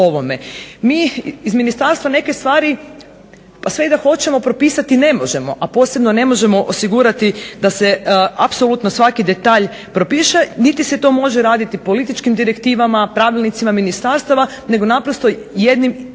Mi iz ministarstva neke stvari pa sve i da hoćemo propisati ne možemo, a posebno ne možemo osigurati da se apsolutno svaki detalj propiše niti se to može raditi političkim direktivama, pravilnicima ministarstava nego naprosto jednim